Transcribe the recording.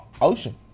Ocean